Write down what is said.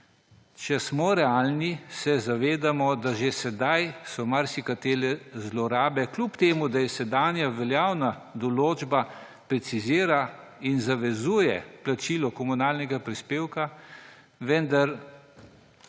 če smo realni, se zavedamo, da že sedaj so marsikatere zlorabe, čeprav sedanja veljavna določba precizira in zavezuje plačilo komunalnega prispevka, vendar